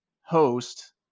host